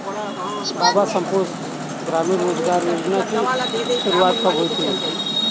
बाबा संपूर्ण ग्रामीण रोजगार योजना की शुरुआत कब हुई थी?